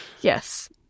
Yes